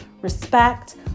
respect